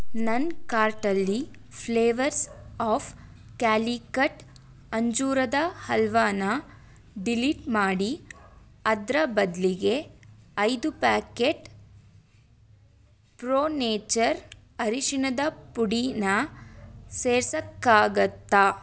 ನನ್ನ ಕಾರ್ಟಲ್ಲಿ flavours of Calicut ಅಂಜೂರದ ಹಲ್ವಾನ ಡಿಲೀಟ್ ಮಾಡಿ ಅದರ ಬದಲಿಗೆ ಐದು ಪ್ಯಾಕೆಟ್ ಪ್ರೋ ನೇಚರ್ ಅರಿಶಿನದ ಪುಡೀನ ಸೇರ್ಸೋಕ್ಕಾಗತ್ತಾ